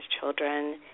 children